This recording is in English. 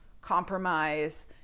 compromise